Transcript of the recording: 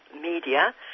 Media